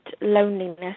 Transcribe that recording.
loneliness